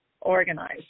organized